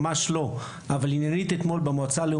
שלא יובן לא